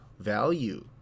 Value